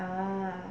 ah